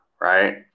right